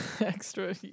Extra